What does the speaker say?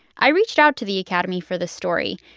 i reached out to the academy for this story.